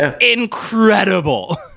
incredible